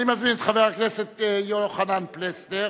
אני מזמין את חבר הכנסת יוחנן פלסנר